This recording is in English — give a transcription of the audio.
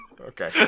Okay